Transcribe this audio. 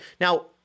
Now